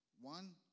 one